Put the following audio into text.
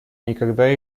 никогда